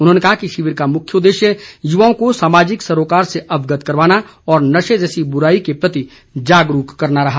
उन्होंने कहा कि शिविर का मुख्य उद्देश्य युवाओं को सामाजिक सरोकार से अवगत करवाना और नशे जैसी बुराई के प्रति जागरूक करना रहा